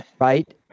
Right